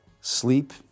sleep